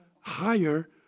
higher